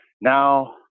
now